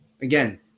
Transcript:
again